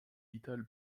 vitale